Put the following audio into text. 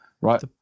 Right